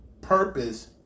purpose